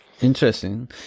Interesting